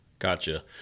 Gotcha